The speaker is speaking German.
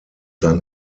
sein